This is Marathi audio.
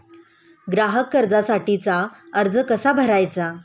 ग्राहक कर्जासाठीचा अर्ज कसा भरायचा?